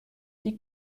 die